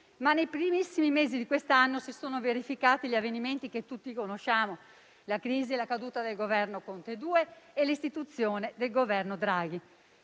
ma nei primissimi mesi di quest'anno si sono verificati gli avvenimenti che tutti conosciamo: la crisi e la caduta del Governo Conte II e l'istituzione del Governo Draghi.